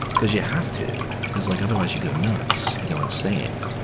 because you have to, because like otherwise you go nuts. you go insane.